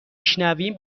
شنویم